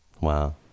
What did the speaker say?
wow